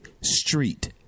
street